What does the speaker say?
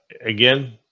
again